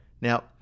Now